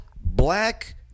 black